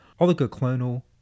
Oligoclonal